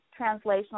translational